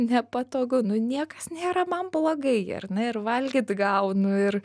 nepatogu nu niekas nėra man blogai ar na ir valgyt gaunu ir